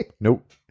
Nope